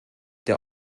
der